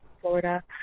Florida